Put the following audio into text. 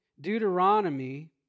Deuteronomy